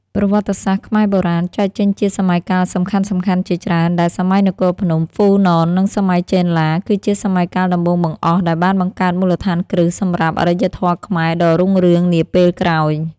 ប្រវត្តិសាស្ត្រខ្មែរបុរាណ ចែកចេញជាសម័យកាលសំខាន់ៗជាច្រើន ដែលសម័យនគរភ្នំ ហ្វូណន និងសម័យចេនឡា គឺជាសម័យកាលដំបូងបង្អស់ដែលបានបង្កើតមូលដ្ឋានគ្រឹះសម្រាប់អរិយធម៌ខ្មែរដ៏រុងរឿងនាពេលក្រោយ។